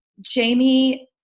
Jamie